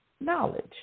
knowledge